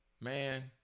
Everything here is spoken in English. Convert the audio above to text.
man